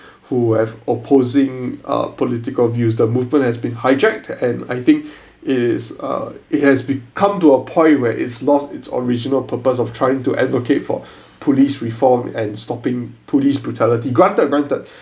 who have opposing uh political views the movement has been hijacked and I think it is err it has become to a point where it's lost its original purpose of trying to advocate for police reform and stopping police brutality granted granted